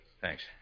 Thanks